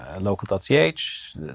Local.ch